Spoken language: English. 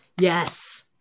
yes